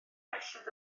belled